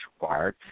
required